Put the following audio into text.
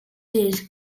dydd